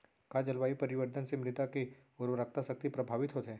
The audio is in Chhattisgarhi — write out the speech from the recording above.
का जलवायु परिवर्तन से मृदा के उर्वरकता शक्ति प्रभावित होथे?